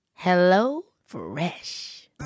HelloFresh